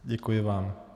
Děkuji vám.